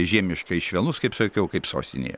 žiemiškai švelnus kaip sakiau kaip sostinėje